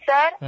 Sir